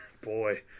boy